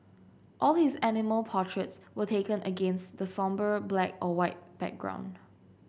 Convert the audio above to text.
all his animal portraits were taken against the sombre black or white background